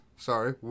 Sorry